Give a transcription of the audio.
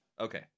okay